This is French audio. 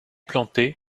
plantées